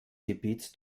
gebiets